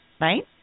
right